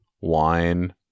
wine